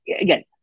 again